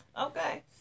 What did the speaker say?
Okay